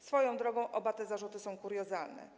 Swoją drogą oba te zarzuty są kuriozalne.